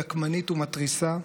נקמנית ומתריסה,